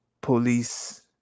police